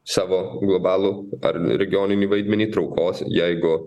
savo globalų ar regioninį vaidmenį traukos jeigu